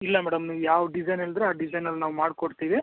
ಇಲ್ಲ ಮೇಡಮ್ ನೀವು ಯಾವ ಡಿಸೈನ್ ಹೇಳಿದ್ರೋ ಆ ಡಿಸೈನಲ್ಲಿ ನಾವು ಮಾಡ್ಕೊಡ್ತೀವಿ